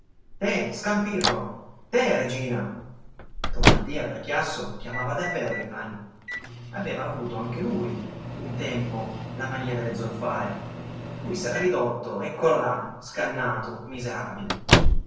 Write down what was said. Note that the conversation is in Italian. tè regina don mattia per chiasso chiamava davvero i cani aveva avuto anche lui un tempo la mania delle zolfare per cui s'era ridotto eccolo là scannato miserabile